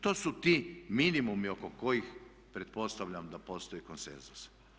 To su ti minimumi oko kojih pretpostavljam da postoji konsenzus.